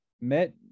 met